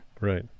Right